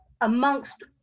amongst